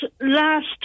last